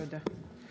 תודה.